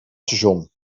station